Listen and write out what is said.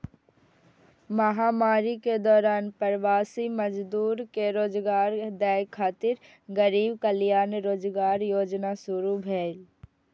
महामारी के दौरान प्रवासी मजदूर कें रोजगार दै खातिर गरीब कल्याण रोजगार योजना शुरू भेलै